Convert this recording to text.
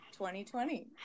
2020